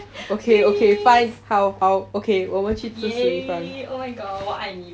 okay okay fine 好好我们去吃 Shi Li Fang